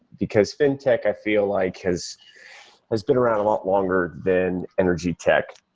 because fin tech i feel like has has been around a lot longer than energy tech.